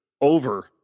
over